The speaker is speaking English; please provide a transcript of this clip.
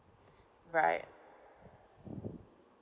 right